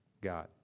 God